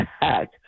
back